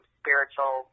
spiritual